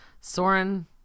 Soren